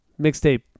mixtape